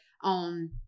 on